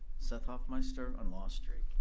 seth hoffmeister on law street.